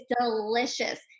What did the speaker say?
delicious